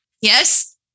Yes